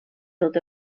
tot